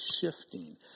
shifting